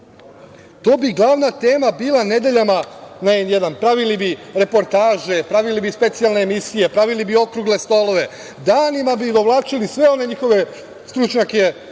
To bi glavna tema bila nedeljama na „N1“, pravili bi reportaže, pravili bi specijalne emisije, pravili bi okrugle stolove. Danima bi dovlačili sve one njihove stručnjake